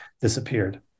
disappeared